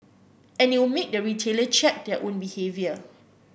and it will make the retailer check their own behaviour